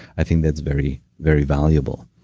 i think that's very very valuable